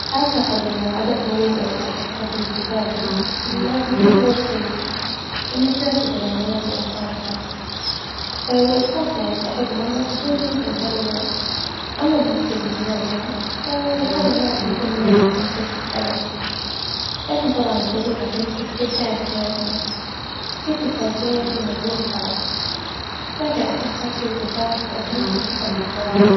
أعتقد إنه عدم حضور يعني أحد حفل زفافي ما راح يكون شعور سيء، لإنها تعتبر يعني مناسبة خاصة والأشخاص يعني اللي أحبهم راح يكونون جزء من هذا اليوم، أما بالنسبة للجنازة فبالعادة ما راح نكون هناك عشان نحس بالألم، لكن طبعا الحضور راح يعكس كيف كانت حياتنا، في كلتا الحالتين الموضوع صعب، لكن أحس حفل الزفاف راح يمثل الفرح والتواصل.